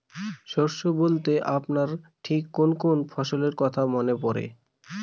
শস্য বলতে আপনার ঠিক কোন কোন ফসলের কথা মনে পড়ে?